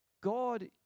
God